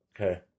Okay